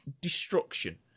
Destruction